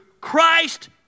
Christ